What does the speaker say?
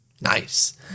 Nice